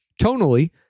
tonally